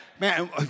man